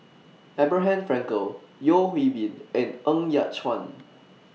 Abraham Frankel Yeo Hwee Bin and Ng Yat Chuan